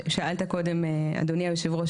שאלת קודם אדוני יושב הראש,